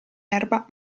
erba